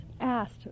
asked